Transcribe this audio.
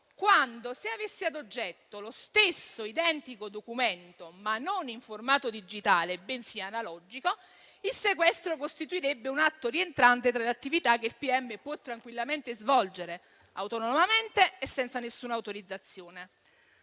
quando, se avesse ad oggetto lo stesso identico documento, ma non in formato digitale, bensì analogico, il sequestro costituirebbe un atto rientrante tra le attività che il pubblico ministero può tranquillamente svolgere autonomamente e senza alcuna autorizzazione.